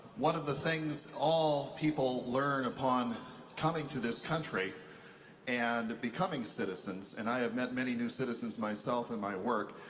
one of the things all people learn upon coming to this country and becoming citizens, and i have met many new citizens myself in my work,